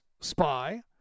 spy